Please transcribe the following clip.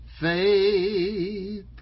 Faith